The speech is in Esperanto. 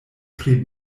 pri